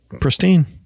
pristine